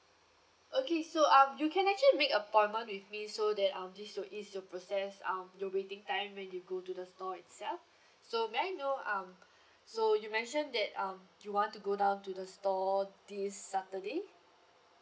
okay so um you can actually make appointment with me so that um this will ease your process um your waiting time when you go to the store itself so may I know um so you mention that um you want to go down to the store this saturday